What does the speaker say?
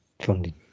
funding